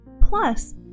Plus